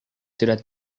sudah